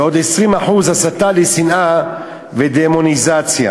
ועוד 20% הסתה לשנאה ודמוניזציה.